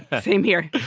same here.